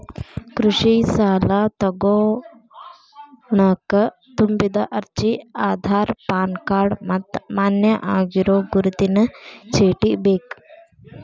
ಕೃಷಿ ಸಾಲಾ ತೊಗೋಣಕ ತುಂಬಿದ ಅರ್ಜಿ ಆಧಾರ್ ಪಾನ್ ಕಾರ್ಡ್ ಮತ್ತ ಮಾನ್ಯ ಆಗಿರೋ ಗುರುತಿನ ಚೇಟಿ ಬೇಕ